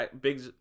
Big